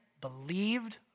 believed